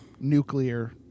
nuclear